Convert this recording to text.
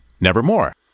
nevermore